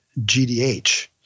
GDH